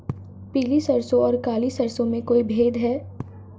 पीली सरसों और काली सरसों में कोई भेद है?